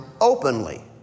openly